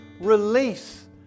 release